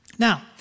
Now